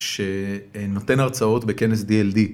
שנותן הרצאות בכנס DLD.